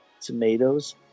tomatoes